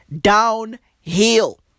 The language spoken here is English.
downhill